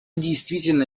действительно